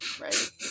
right